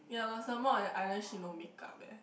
yeah lor some more at island she no makeup eh